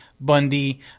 Bundy